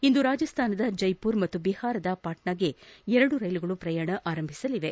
ಇಂದು ರಾಜಸ್ಥಾನದ ಜೈಸುರ ಮತ್ತು ಬಿಹಾರದ ಪಾಟ್ನಾಕ್ಷೆ ಎರಡು ರೈಲುಗಳು ಪ್ರಯಾಣ ಆರಂಭಿಸಲಿದೆ